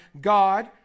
God